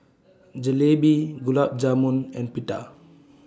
Jalebi Gulab Jamun and Pita